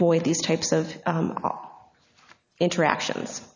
avoid these types of interactions